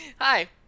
Hi